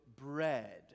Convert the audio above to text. bread